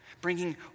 bringing